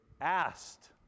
asked